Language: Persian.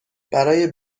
برای